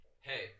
hey